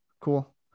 Cool